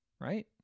Right